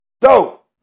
dope